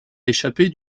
échappé